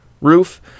roof